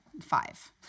five